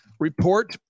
report